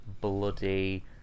bloody